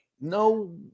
No